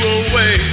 away